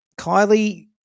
Kylie